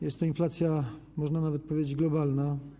Jest to inflacja, można nawet powiedzieć, globalna.